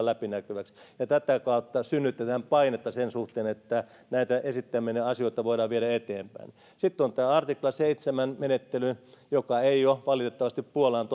läpinäkyväksi tätä kautta synnytetään painetta sen suhteen että näitä esittämiänne asioita voidaan viedä eteenpäin sitten on tämä artikla seitsemän mukainen menettely joka ei ole valitettavasti puolan